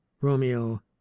romeo